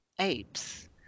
apes